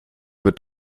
wird